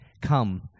Come